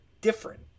different